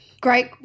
Great